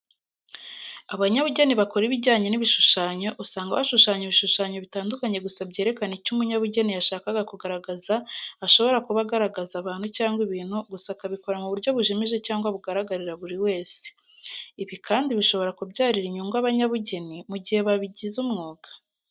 Abanyabugeni bakora ibijyanye n'ibishushanyo, usanga bashushanya ibishushanyo bitandukanye gusa byerekana icyo umunyabugeni yashakaga kugaragaza, ashobora kuba agaragaza abantu cyangwa ibintu gusa akabikora mu buryo bujimije cyangwa bugaragarira buri wese. Ibi kandi bishobora kubyarira inyungu abanyabugeni mu gihe babigize umwuga.